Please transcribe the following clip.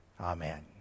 Amen